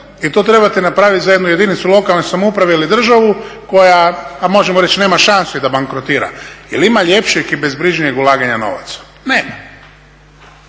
i to trebate napraviti za jednu jedinicu lokalne samouprave ili državu koja a možemo reći nema šansu i da bankrotira. Jel ima ljepšeg i bezbrižnijeg ulaganja novaca? Nema.